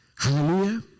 Hallelujah